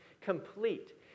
complete